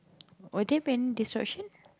or there been disruption